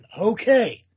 Okay